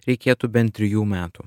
reikėtų bent trijų metų